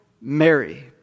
Mary